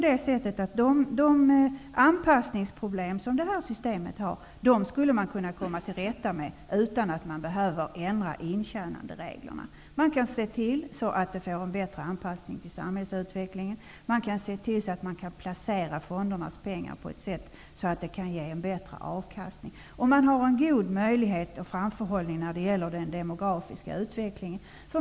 De anpassningsproblem som detta system har skulle man kunna komma till rätta med utan att man behöver ändra intjänandereglerna. Man kan se till att systemet får en bättre anpassning till samhällsutvecklingen, och man kan se till att placera fondernas pengar på ett sådant sätt att de ger en bättre avkastning. Det finns goda möjligheter till framförhållning vad gäller den demografiska utvecklingen.